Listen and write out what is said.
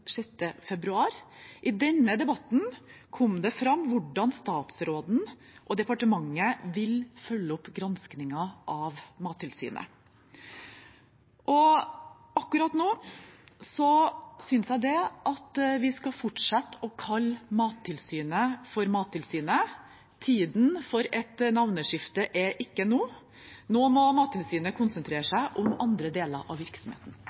februar. I den debatten kom det fram hvordan statsråden og departementet vil følge opp granskningen av Mattilsynet. Akkurat nå synes jeg at vi skal fortsette å kalle Mattilsynet for Mattilsynet. Tiden for et navneskifte er ikke nå. Nå må Mattilsynet konsentrere seg om andre deler av virksomheten.